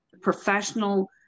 professional